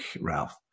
Ralph